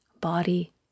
body